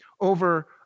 over